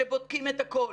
שבודקים את הכול,